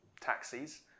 taxis